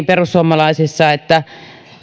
perussuomalaisissa niin että